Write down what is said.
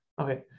Okay